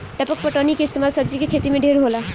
टपक पटौनी के इस्तमाल सब्जी के खेती मे ढेर होला